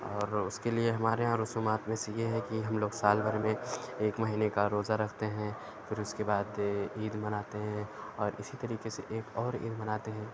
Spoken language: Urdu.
اور اُس کے لیے ہمارے یہاں رسومات میں سے یہ ہے کہ ہم لوگ سال بھر میں ایک مہینے کا روزہ رکھتے ہیں پھر اُس کے بعد عید بناتے ہیں اور اِسی طریقے سے ایک اور عید مناتے ہیں